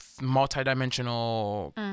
multi-dimensional